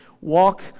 walk